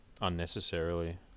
unnecessarily